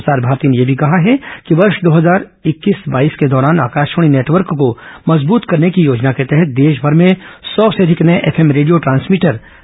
प्रसार भारती ने यह भी कहा है कि वर्ष दो हजार इक्कीस बाईस के दौरान आकाशवाणी नेटवर्क को मजबूत करने की योजना के तहत देशभर में सौ से अधिक नये एफएम रेडियो ट्रांसमीटर लगाए जाएंगे